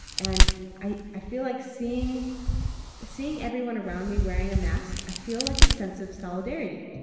and i i feel like seeing seeing everyone around me wearing a mask, i feel like a sense of solidarity.